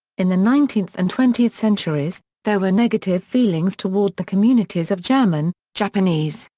in the nineteenth and twentieth centuries, there were negative feelings toward the communities of german, japanese,